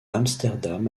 amsterdam